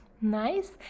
nice